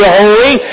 holy